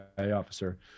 officer